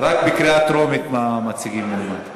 רק לקריאה טרומית מציגים משם.